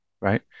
right